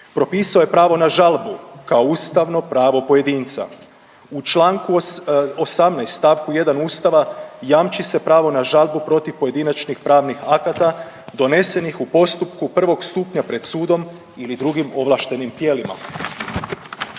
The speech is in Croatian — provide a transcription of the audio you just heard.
propisao je pravo na žalbu kao ustavno pravo pojedinca. U čl. 18. st. 1. Ustava jamči se pravo na žalbu protiv pojedinačnih pravnih akata donesenih u postupku prvog stupnja pred sudom ili drugim ovlaštenim tijelima.